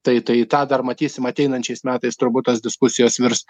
tai tai tą dar matysim ateinančiais metais turbūt tos diskusijos virs